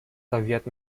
soviet